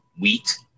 wheat